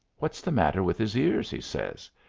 what's the matter with his ears? he says.